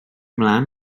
ymlaen